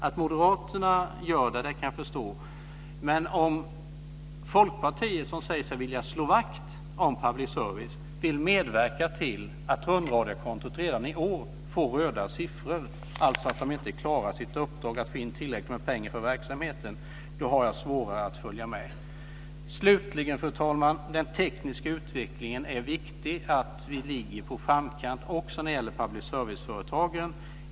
Att Moderaterna gör det kan jag förstå. Men jag har svårare att följa med om Folkpartiet, som säger sig vilja slå vakt om public service, vill medverka till att rundradiokontot redan i år får röda siffror. De klarar inte sitt uppdrag att få in tillräckligt med pengar för verksamheten. Fru talman! Det är viktigt att vi ligger i framkant av den tekniska utvecklingen också när det gäller public service-företagen.